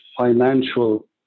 financial